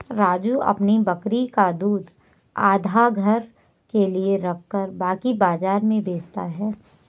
राजू अपनी बकरी का दूध आधा घर के लिए रखकर बाकी बाजार में बेचता हैं